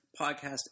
podcast